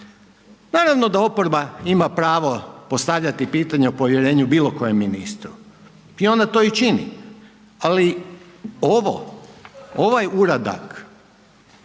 Naravno da oporba ima pravo postavljati pitanja o povjerenju bilo kojem ministru i ona to i čini, ali ovo ovaj uradak